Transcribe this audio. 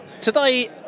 Today